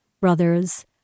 brothers